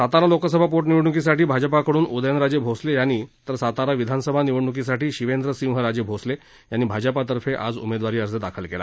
सातारा लोकसभा पोट निवडण्कीसाठी भाजपकडून उदयनराजे भोसले यांनी तर सातारा विधानसभा निवडणुकीसाठी शिवेंद्रसिंहराजे भोसले यांनी भाजपतर्फे आज उमेदवारी अर्ज दाखल केला